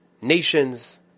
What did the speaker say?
nations